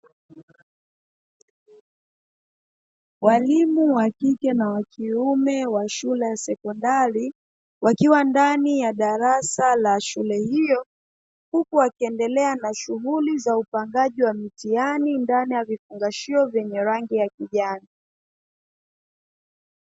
Walimu wa kike na wa kiume wa shule ya sekondari, wakiwa ndani ya darasa la shule hiyo, huku wakiendelea na shughuli za upangaji wa mitihani ndani ya vifungashio vyenye rangi ya kijani.